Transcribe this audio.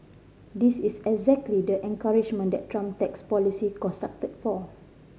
this is exactly the encouragement that Trump tax policy constructed for